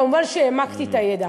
מובן שהעמקתי את הידע,